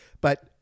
but-